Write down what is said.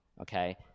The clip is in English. okay